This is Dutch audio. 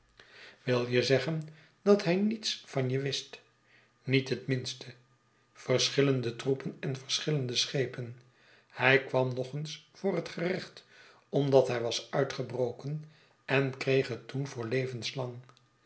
wil je zeggen dat hij niets van je wist niet het minste verschillende troepen en verschillende schepen hij kwam nog eens voor het gerecht omdat hij was uitgebroken en kreeg het toen voor levenslang